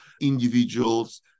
individuals